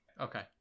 Okay